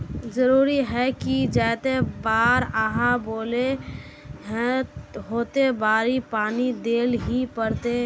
जरूरी है की जयते बार आहाँ बोले है होते बार पानी देल ही पड़ते?